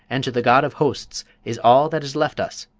and to the god of hosts, is all that is left us!